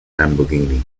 lamborghini